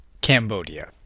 Cambodia